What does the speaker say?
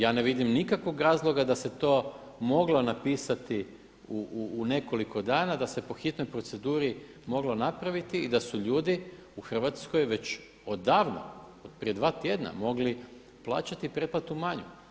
Ja ne vidim nikakvog razloga da se to moglo napisati u nekoliko dana, da se po hitnoj proceduri moglo napraviti i da su ljudi u Hrvatskoj već odavno od prije dva tjedna mogli plaćati pretplatu manju.